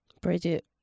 Bridget